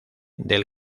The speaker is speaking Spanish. del